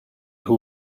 who